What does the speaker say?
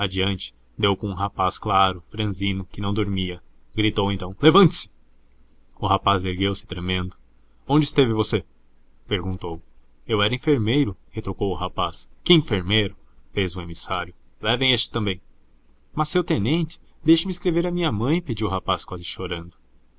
adiante deu com um rapaz claro franzino que não dormia gritou então levante-se o rapaz ergueu-se tremendo onde esteve você perguntou eu era enfermeiro retrucou o rapaz que enfermeiro fez o emissário levem este também mas seu tenente deixe-me escrever à minha mãe pediu o rapaz quase chorando